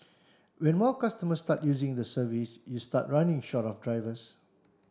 when more customers start using the service you start running short of drivers